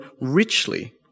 richly